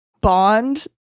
bond